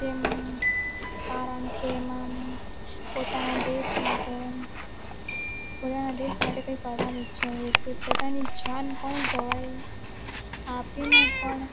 કેમ કારણ કે એમાં પોતાના દેશ માટે પોતાના દેશ માટે કંઈ કરવાની ઈચ્છા હોય છે પોતાની જાન પણ ગવાઈ આપીને પણ